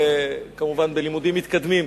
כמובן בלימודים מתקדמים.